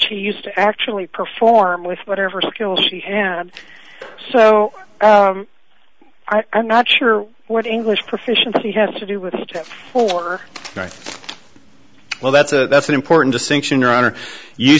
she used to actually perform with whatever skills she had so i'm not sure what english proficiency has to do with that right well that's a that's an important distinction are you